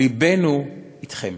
לבנו אתכם.